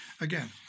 again